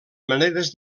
maneres